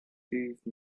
dave